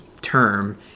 term